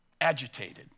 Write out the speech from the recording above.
Agitated